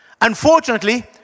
Unfortunately